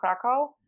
Krakow